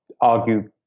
argue